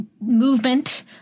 Movement